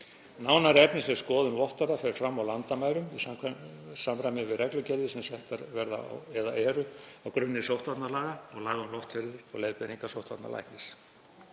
Nánari efnisleg skoðun vottorða fer fram á landamærum í samræmi við reglugerðir sem settar eru á grunni sóttvarnalaga og laga um loftferðir og leiðbeiningar sóttvarnalæknis.